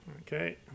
Okay